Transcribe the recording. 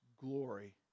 glory